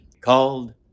called